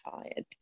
tired